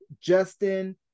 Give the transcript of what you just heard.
Justin